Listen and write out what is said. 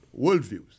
worldviews